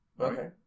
Okay